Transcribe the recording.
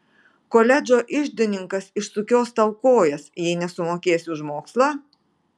koledžo iždininkas išsukios tau kojas jei nesumokėsi už mokslą